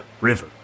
river